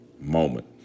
moment